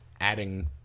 adding